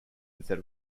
instead